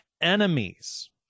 enemies